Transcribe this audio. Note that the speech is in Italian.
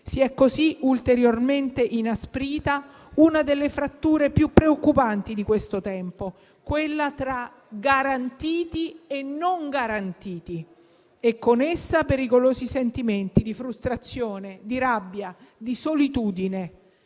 Si è così ulteriormente inasprita una delle fratture più preoccupanti di questo tempo, quella tra garantiti e non garantiti, e con essa pericolosi sentimenti di frustrazione, di rabbia, di solitudine.